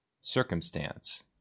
circumstance